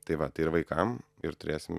tai va tai ir vaikam ir turėsim